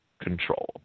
control